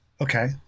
Okay